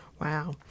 Wow